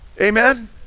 Amen